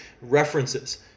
references